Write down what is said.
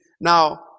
now